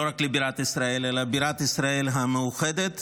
רק לבירת ישראל אלא בירת ישראל המאוחדת,